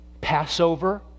Passover